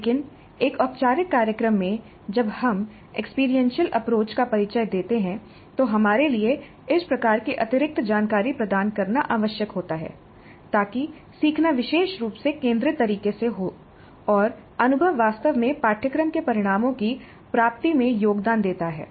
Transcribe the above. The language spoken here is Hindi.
लेकिन एक औपचारिक कार्यक्रम में जब हम एक्सपीरियंशियल अप्रोच का परिचय देते हैं तो हमारे लिए इस प्रकार की अतिरिक्त जानकारी प्रदान करना आवश्यक होता है ताकि सीखना विशेष रूप से केंद्रित तरीके से हो और अनुभव वास्तव में पाठ्यक्रम के परिणामों की प्राप्ति में योगदान देता है